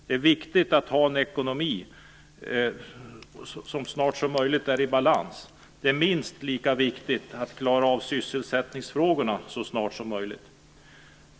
Det är viktigt att ha en ekonomi som så snart som möjligt är i balans. Det är minst lika viktigt att klara av sysselsättningsfrågorna så snart som möjligt.